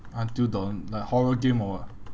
until dawn like horror game or what